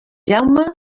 jaume